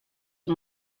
and